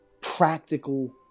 practical